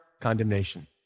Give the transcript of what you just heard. condemnation